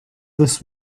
this